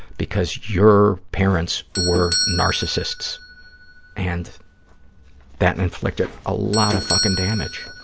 because your parents were narcissists and that inflicted a lot of fucking damage.